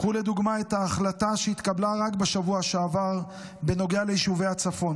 קחו לדוגמה את ההחלטה שהתקבלה רק בשבוע שעבר בנוגע ליישובי הצפון.